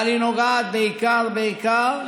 אבל היא נוגעת בעיקר בעיקר